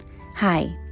Hi